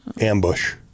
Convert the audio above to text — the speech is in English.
ambush